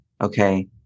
Okay